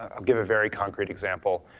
ah i'll give a very concrete example.